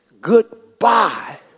goodbye